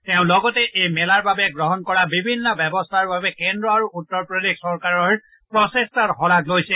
তেওঁ লগতে এই মেলাৰ বাবে গ্ৰহণ কৰা বিভিন্ন ব্যৱস্থাৰ বাবে কেন্দ্ৰ আৰু উত্তৰ প্ৰদেশ চৰকাৰৰ প্ৰচেষ্টাৰো শলাগ লয়